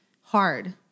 hard